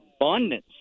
abundance